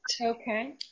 Okay